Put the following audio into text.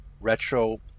retro